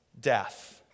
death